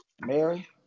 mary